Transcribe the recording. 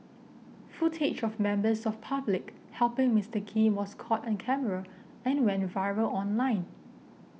footage of members of public helping Mister Kim was caught on camera and went viral online